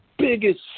biggest